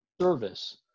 service